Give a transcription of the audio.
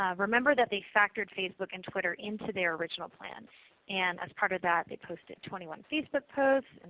ah remember that they factored facebook and twitter into their original plan and as part of that they posted twenty one facebook posts,